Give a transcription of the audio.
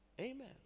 amen